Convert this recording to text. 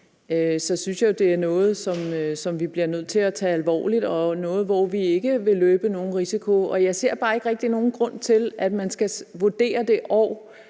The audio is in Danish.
så synes jeg jo, det er noget, som vi bliver nødt til at tage alvorligt, og noget, hvor vi ikke vil løbe nogen risiko. Jeg ser bare ikke rigtig nogen grund til, at det skal vurderes hvert